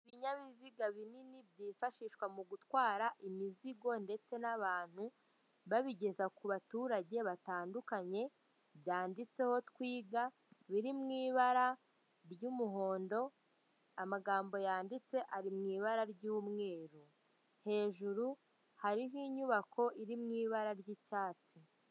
Ibinyabiziga binini byifashishwa mu gutwara imizigo ndetse n'abantu babigeza ku baturage batandukanye, byanditseho "Twiga" biri mu ibara ry'umuhondo amagambo yanditse ari mu ibara ry'umweru, hejuru hariho inyubako iri mu ibara ry'icyatsi.